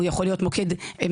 הוא יכול להיות מוקד מחוזי,